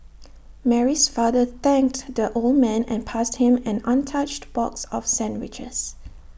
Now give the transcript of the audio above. Mary's father thanked the old man and passed him an untouched box of sandwiches